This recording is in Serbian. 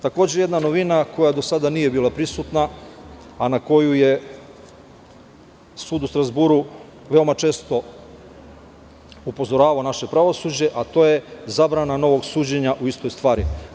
Takođe, jedna novina koja do sada nije bila prisutna a na koju je sud u Strazburu veoma često upozoravao naše pravosuđe a to je zabrana novog suđenja u istoj stvari.